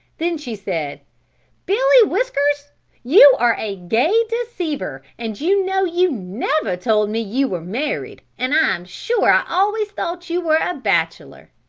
then she said billy whiskers you are a gay deceiver and you know you never told me you were married and i am sure i always thought you were a bachelor.